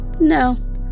No